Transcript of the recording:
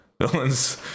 villains